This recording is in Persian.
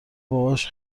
باباش